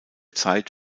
zeit